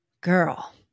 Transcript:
girl